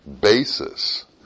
basis